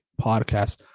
podcast